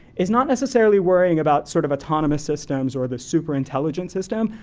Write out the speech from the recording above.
is not necessarily worrying about sort of autonomous systems or the super intelligent system.